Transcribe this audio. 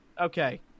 Okay